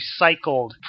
recycled